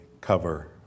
cover